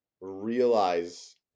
realize